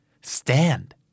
Stand